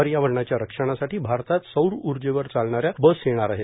पर्यावरणाच्या रक्षणासाठी भारतात सौर उर्जेवर चालणाऱ्या बस येणार आहेत